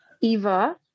Eva